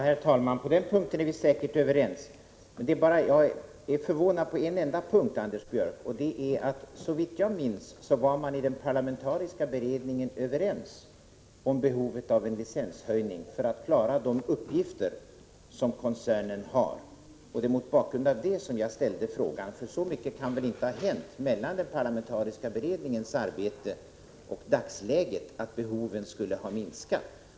Herr talman! På den punkten är vi säkert överens. Men jag är förvånad när det gäller en annan punkt, Anders Björck. Såvitt jag minns var man i den parlamentariska beredningen överens om behovet av en licenshöjning för att klara de uppgifter som koncernen har. Det är mot bakgrund av detta som jag ställde frågan. Så mycket kan väl inte ha hänt mellan den parlamentariska beredningens arbete och dagsläget, att behovet skulle ha minskat.